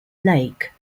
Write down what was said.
lake